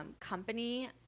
company